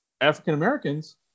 African-Americans